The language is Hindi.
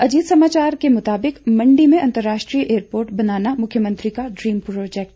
अजीत समाचार के मुताबिक मंडी में अंतर्राष्ट्रीय एयरपोर्ट बनाना मुख्यमंत्री का ड्रीम प्रोजेक्ट